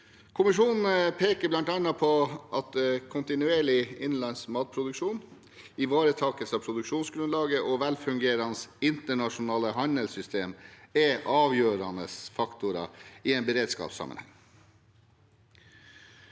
Kommisjonen peker bl.a. på at kontinuerlig innenlands matproduksjon, ivaretakelse av produksjonsgrunnlaget og velfungerende internasjonale handelssystem er avgjørende faktorer i en beredskapssammenheng.